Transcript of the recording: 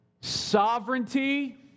Sovereignty